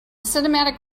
cinematic